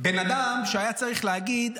בן אדם שהיה צריך להגיד,